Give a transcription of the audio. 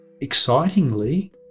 excitingly